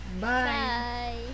Bye